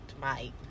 Mike